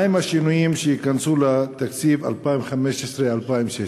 3. מה הם השינויים שייכנסו לתקציב 2015 2016?